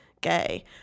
gay